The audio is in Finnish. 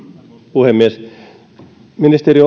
puhemies ministeri